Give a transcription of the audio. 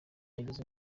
ageze